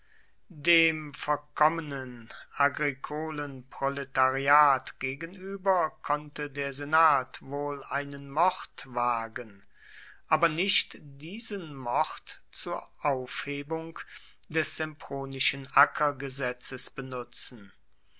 dem verkommenen agrikolen proletariat gegenüber konnte der senat wohl einen mord wagen aber nicht diesen mord zur aufhebung des sempronischen ackergesetzes benutzen